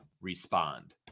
respond